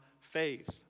faith